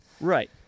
Right